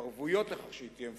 עם ערבויות לכך שהיא תהיה מפורזת,